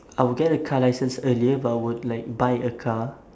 I will get a car licence earlier but I would like buy a car